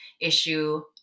issue